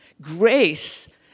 Grace